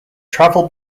travel